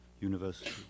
University